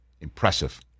Impressive